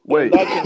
Wait